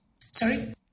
Sorry